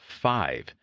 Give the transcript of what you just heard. Five